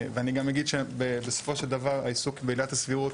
ואני אגיד בסופו של דבר, העיסוק בעילת הסבירות